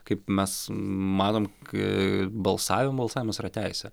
kaip mes manom kai balsavim balsavimas yra teisė